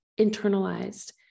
internalized